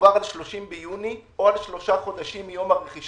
מדובר על 30 ביוני או על שלושה חודשים מיום הרכישה,